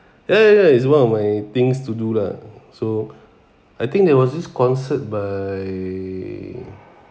ya ya ya it's one of my things to do lah so I think there was this concert by